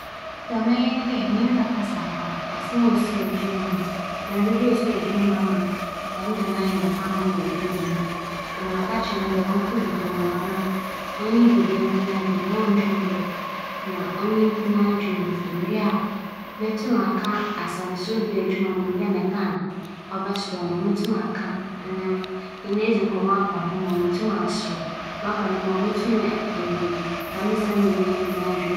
Sɛ me nyɛnko bi ennya da pa a, adze a mebɛyɛ ama no ma n'enyiwa agye nye dɛ, mebebisa no dza osii na m'ahyɛ no nkuran na ma ama ͻatse ase dɛ biribiara osi no wͻ siantsir. ͻno ekyir no, mowͻ sene fɛfɛɛfɛ bi a ͻyɛ enyika ara yie na ͻyɛ serew papaapa. Mebeyi ma emi na ͻno nyinara yɛahwɛ, ͻno ekyir no, mowͻ serew tadwe na toli dɛdɛɛdɛw bi a mebɛka akyerɛ no ma ͻaserew. ͻno bɛma n'enyi agye.